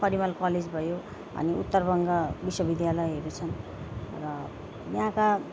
Parimal college भयो अनि उत्तर बङ्ग विश्वविद्यालयहरू छन् र यहाँका